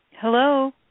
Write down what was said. Hello